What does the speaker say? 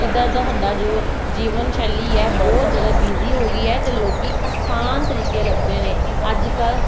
ਜਿੱਦਾਂ ਜਿੱਦਾਂ ਸਾਡਾ ਜੋ ਜੀਵਨ ਸ਼ੈਲੀ ਹੈ ਬਹੁਤ ਜ਼ਿਆਦਾ ਬਿਜ਼ੀ ਹੋ ਗਈ ਹੈ ਅਤੇ ਲੋਕੀ ਆਸਾਨ ਤਰੀਕੇ ਲੱਭਦੇ ਨੇ ਅੱਜ ਕੱਲ੍ਹ ਪਾਣੀ